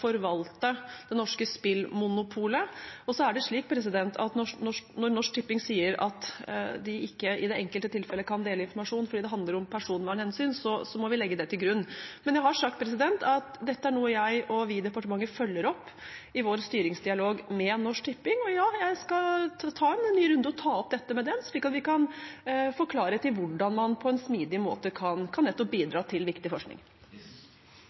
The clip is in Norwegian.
forvalte det norske spillmonopolet. Og når Norsk Tipping sier at de i det enkelte tilfellet ikke kan dele informasjon fordi det handler om personvernhensyn, så må vi legge det til grunn. Men jeg har sagt at dette er noe jeg og vi i departementet følger opp i vår styringsdialog med Norsk Tipping, og ja, jeg skal ta en ny runde og ta opp dette med dem, slik at vi kan få klarhet i hvordan man på en smidig måte kan nettopp bidra til viktig forskning.